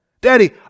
Daddy